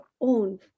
own